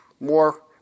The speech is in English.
more